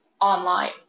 online